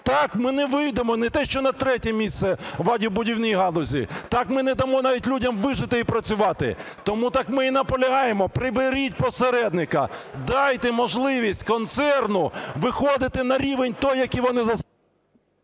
Так ми не вийдемо не те що на третє місце в авіабудівній галузі, так ми не дамо навіть людям вижити і працювати! Тому так ми і наполягаємо, приберіть посередника. Дайте можливість концерну виходити на рівень той, який вони… ГОЛОВУЮЧИЙ.